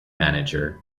manager